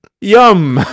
yum